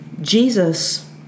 Jesus